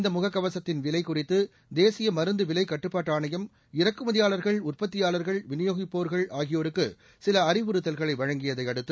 இந்த முகக்கவசத்தின் விலை குறித்து தேசிய மருந்து விலை கட்டுப்பாட்டு ஆணையம் இறக்குமதியாளர்கள் உற்பத்தியாளர்கள் விநியோகிப்போர்கள் ஆகியோருக்கு சில அழிவுறுத்தல்களை வழங்கியதை அடுத்து